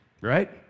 right